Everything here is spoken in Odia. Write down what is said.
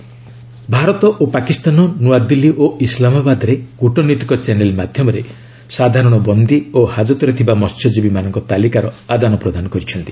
ଇଣ୍ଡିଆ ପାକିସ୍ତାନ ଭାରତ ଓ ପାକିସ୍ତାନ ନୂଆଦିଲ୍ଲୀ ଓ ଇସ୍ଲାମାବାଦରେ କୂଟନୈତିକ ଚ୍ୟାନେଲ ମାଧ୍ୟମରେ ସାଧାରଣ ବନ୍ଦୀ ଓ ହାଜତରେ ଥିବା ମସ୍ୟଜୀବୀମାନଙ୍କ ତାଲିକାର ଆଦାନ ପ୍ରଦାନ କରିଛନ୍ତି